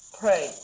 pray